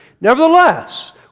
Nevertheless